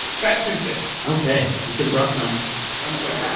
fat tuesday ok. you should've brought some i'm sorry yeah